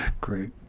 Great